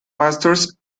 pastors